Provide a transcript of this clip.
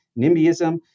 nimbyism